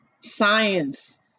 Science